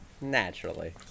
naturally